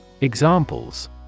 Examples